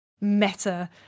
meta